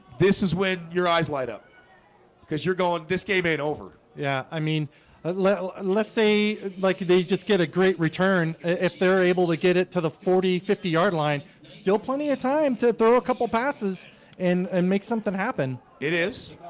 this is when your eyes light up because you're going this game ain't over yeah, i mean and let's say like they just get a great return if they're able to get it to the forty fifty yard line still plenty of time to throw a couple passes and and make something happen it is